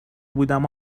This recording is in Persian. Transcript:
بودم